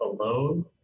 alone